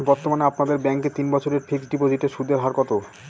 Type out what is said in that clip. বর্তমানে আপনাদের ব্যাঙ্কে তিন বছরের ফিক্সট ডিপোজিটের সুদের হার কত?